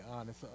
honest